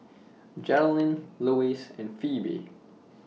Geralyn Luis and Pheobe